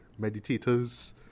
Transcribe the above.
meditators